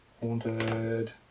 Haunted